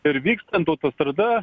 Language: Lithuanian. ir vykstant autostrada